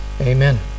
Amen